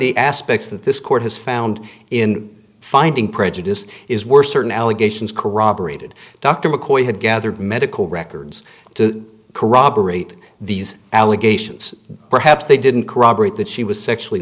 the aspects that this court has found in finding prejudice is were certain allegations corroborated dr mccoy had gathered medical records to corroborate these allegations perhaps they didn't corroborate that she was sexually